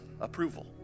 approval